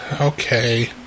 Okay